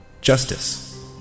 Justice